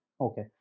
Okay